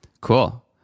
Cool